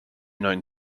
known